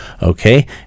Okay